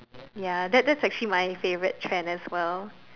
ya that that's actually my favourite trend as well